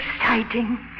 exciting